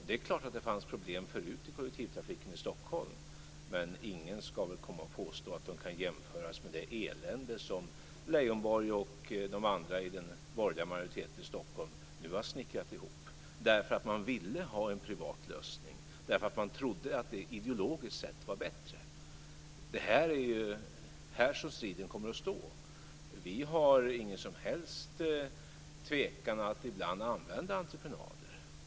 Det är klart att det fanns problem förut i kollektivtrafiken i Stockholm men ingen ska väl påstå att de kan jämföras med det elände som Leijonborg och de andra i den borgerliga majoriteten i Stockholm nu har snickrat ihop därför att man ville ha en privat lösning, därför att man trodde att det ideologiskt sett var bättre. Det är här som striden kommer att stå. Vi har ingen som helst tvekan att ibland använda entreprenader.